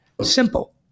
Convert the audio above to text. simple